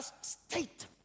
state